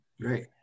Great